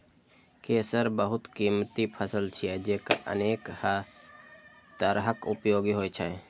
केसर बहुत कीमती फसल छियै, जेकर अनेक तरहक उपयोग होइ छै